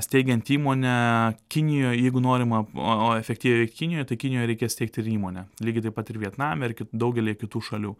steigiant įmonę kinijoj jeigu norima o o efektyviai veikt kinijoj tai kinijoj reikia steigt ir įmonę lygiai taip pat ir vietname ir k daugelyje kitų šalių